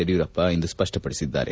ಯಡಿಯೂರಪ್ಪ ಇಂದು ಸ್ಪಷ್ಟಪಡಿಸಿದ್ದಾರೆ